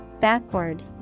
Backward